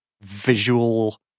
visual